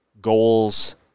goals